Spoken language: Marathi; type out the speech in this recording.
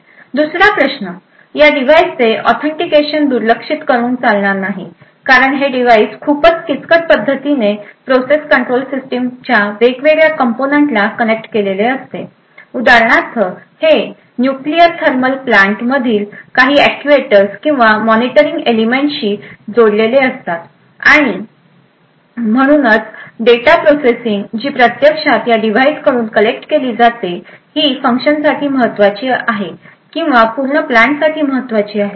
दुसरा प्रश्न या डिव्हाइसचे ऑथेंटिकेशन दुर्लक्षित करून चालणार नाही कारण हे डिव्हाइस खूपच किचकट पद्धतीने प्रोसेस कंट्रोल सिस्टीम च्या वेगवेगळ्या कंपोनेंटला कनेक्ट केलेले असतात उदाहरणार्थ हे न्यूक्लियर थर्मल प्लांट मधील काही अॅक्ट्युएटर्स किंवा मॉनिटरिंग एलिमेंट जोडलेले असतात आणि म्हणूनच डेटा प्रोसेसिंग जी प्रत्यक्षात या डिव्हाइस कडून कलेक्ट केली जाते ही फंक्शन साठी महत्वाची आहे किंवा पूर्ण प्लांट साठी महत्वाची आहे